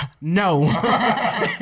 No